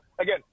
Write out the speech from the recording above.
again